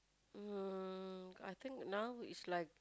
um I think now it's like